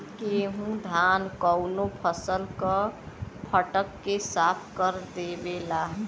गेहू धान कउनो फसल क फटक के साफ कर देवेला